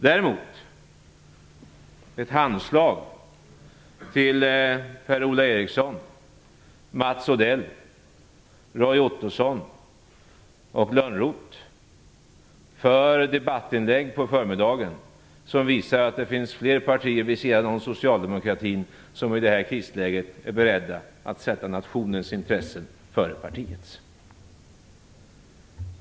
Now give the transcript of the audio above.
Däremot vill jag ge ett handslag till Per-Ola Eriksson, Mats Odell, Roy Ottosson och Lönnroth för debattinlägg på förmiddagen som visar att det finns fler partier vid sidan om socialdemokratin som i detta krisläge är beredda att sätta nationens intressen före partiets.